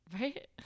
Right